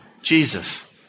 Jesus